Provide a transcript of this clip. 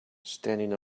standing